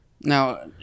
Now